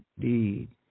indeed